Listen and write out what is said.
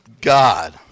God